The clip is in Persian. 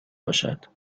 باشد